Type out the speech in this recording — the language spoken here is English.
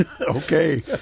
Okay